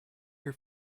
your